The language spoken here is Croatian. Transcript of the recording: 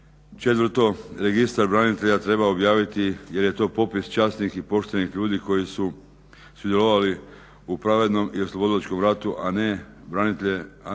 Četvrto, Registar branitelja treba objaviti jer je to popis časnih i poštenih ljudi koji su sudjelovali u pravednom i oslobodilačkom ratu, a na branitelje treba